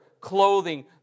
clothing